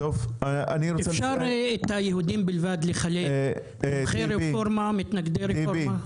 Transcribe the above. אפשר לחלק את היהודים בלבד לתומכי הרפורמה ולמתנגדי הרפורמה?